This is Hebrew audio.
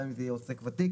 גם אם זה יהיה עוסק ותיק,